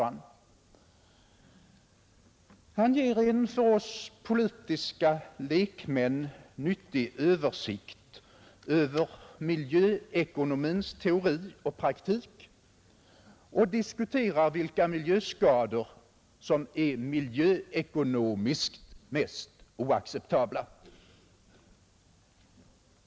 Han ger en för oss politiker nyttig översikt över miljöekonomins teori och praktik och diskuterar vilka miljöskador som är miljöekonomiskt mest oacceptabla.